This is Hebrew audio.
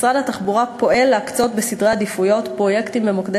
משרד התחבורה פועל להקצות בסדרי עדיפויות פרויקטים למוקדי